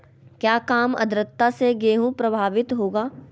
क्या काम आद्रता से गेहु प्रभाभीत होगा?